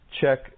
check